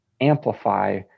amplify